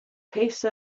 peace